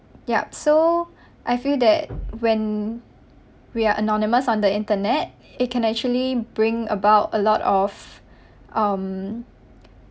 yup so I feel that when we are anonymous on the internet it can actually bring about a lot of um